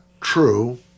true